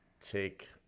take